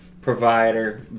provider